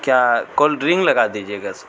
کیا cold drink لگا دیجیے گا سر